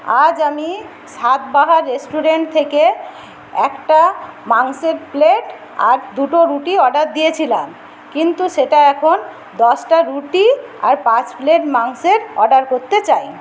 আজ আমি স্বাদ বাহার রেস্টুরেন্ট থেকে একটা মাংসের প্লেট আর দুটো রুটি অর্ডার দিয়েছিলাম কিন্তু সেটা এখন দশটা রুটি আর পাঁচ প্লেট মাংসের অর্ডার করতে চাই